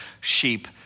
sheep